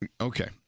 Okay